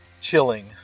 chilling